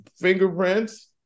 fingerprints